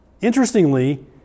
Interestingly